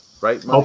Right